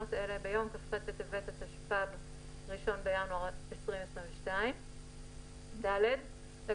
לתקנות אלה - ביום כ"ח בטבת התשפ"ב (1 בינואר 2022). לגבי